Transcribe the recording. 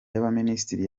y’abaminisitiri